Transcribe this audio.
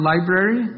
library